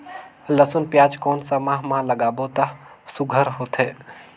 लसुन पियाज कोन सा माह म लागाबो त सुघ्घर होथे?